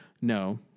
No